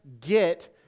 get